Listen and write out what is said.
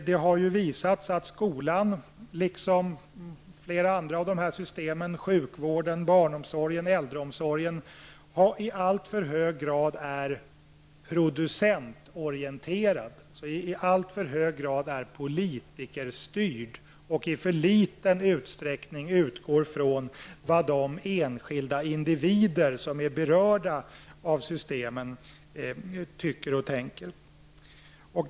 Det har visat sig att skolan, liksom flera andra av systemen så som sjukvården, barnomsorgen och äldreomsorgen, i alltför hög grad har varit och är producentorienterade i alltför hög grad politikerstyrd och i för liten utsträckning utgått från vad de enskilda individerna som är berörda av systemen tycker och tänker.